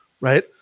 right